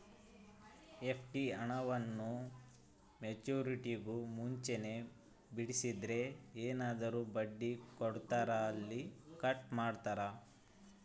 FD ಹಣವನ್ನು ಮೆಚ್ಯೂರಿಟಿಗೂ ಮುಂಚೆನೇ ಬಿಡಿಸಿದರೆ ಏನಾದರೂ ಬಡ್ಡಿ ಕೊಡೋದರಲ್ಲಿ ಕಟ್ ಮಾಡ್ತೇರಾ?